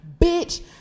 bitch